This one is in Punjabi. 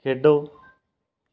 ਖੇਡੋ